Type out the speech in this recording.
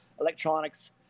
electronics